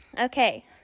Okay